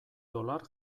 dolar